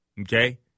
Okay